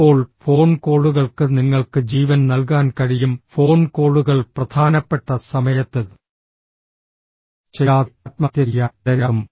ഇപ്പോൾ ഫോൺ കോളുകൾക്ക് നിങ്ങൾക്ക് ജീവൻ നൽകാൻ കഴിയും ഫോൺ കോളുകൾ പ്രധാനപ്പെട്ട സമയത്ത് ചെയ്യാതെ ആത്മഹത്യ ചെയ്യാൻ ഇടയാക്കും